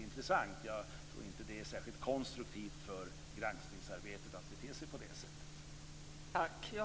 Jag tror inte att det är särskilt konstruktivt för granskningsarbetet att bete sig på det sättet.